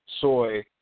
soy